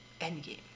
Endgame